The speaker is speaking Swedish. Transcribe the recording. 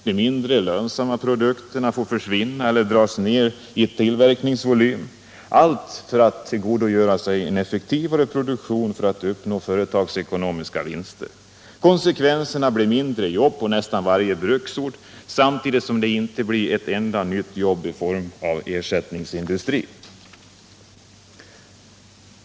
De mindre lönsamma produkterna får försvinna, eller också drar man ner tillverkningsvolymen, allt för att tillgodogöra sig effektivare produktion och därmed uppnå företagsekonomiska vinster. Konskevenserna blir färre jobb på nästan varje bruksort, samtidigt som det inte blir ett enda nytt jobb i någon form av ersättningsindustri.